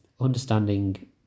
understanding